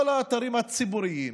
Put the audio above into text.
כל האתרים הציבוריים,